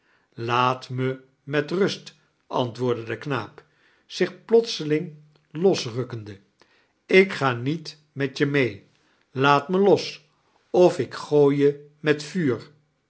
laat toe met rust antwoordde de knaap zich plotseling losrukkende ik ga niet met je mee laat me los of ik gooi je met vuur